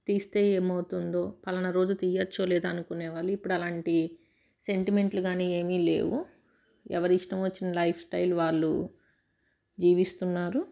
తీస్తే ఏమవుతుందో పలాన రోజు తీయ్యవచ్చో లేదో అనుకునే వాళ్ళు ఇప్పుడు అలాంటి సెంటిమెంట్లు కానీ ఏమీ లేవు ఎవరి ఇష్టం వచ్చిన లైఫ్ స్టైల్ వాళ్ళు జీవిస్తున్నారు